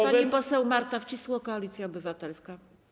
Pani poseł Marta Wcisło, Koalicja Obywatelska.